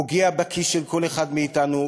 פוגע בכיס של כל אחד מאתנו.